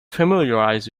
familiarize